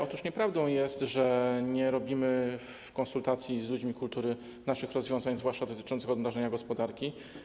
Otóż nieprawdą jest, że nie wprowadzamy w konsultacji z ludźmi kultury naszych rozwiązań, zwłaszcza dotyczących odmrożenia gospodarki.